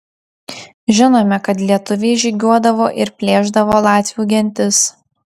žinome kad lietuviai žygiuodavo ir plėšdavo latvių gentis